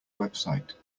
website